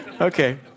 Okay